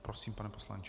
Prosím, pane poslanče.